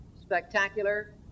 spectacular